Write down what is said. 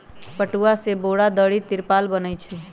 पटूआ से बोरा, दरी, तिरपाल बनै छइ